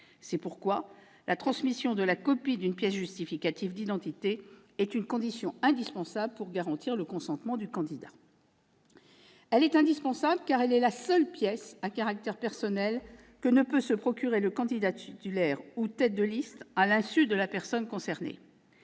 C'est pourquoi la transmission de la copie d'une pièce justificative d'identité est une condition indispensable pour garantir le consentement du candidat. En effet, c'est la seule pièce à caractère personnel que ne peut se procurer le candidat titulaire ou tête de liste à l'insu de la personne concernée.